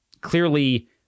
clearly